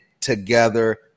together